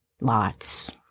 Lots